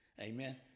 Amen